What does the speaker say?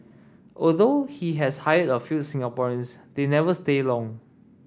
although he has hired a few Singaporeans they never stay long